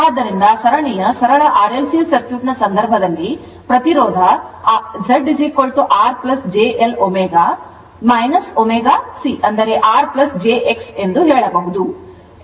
ಆದ್ದರಿಂದ ಸರಣಿಯ ಸರಳ RLC ಸರ್ಕ್ಯೂಟ್ ನ ಸಂದರ್ಭದಲ್ಲಿ ಪ್ರತಿರೋಧ Z R j L ω ω C R jX ಎಂದು ಹೇಳಬಹುದು